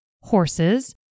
horses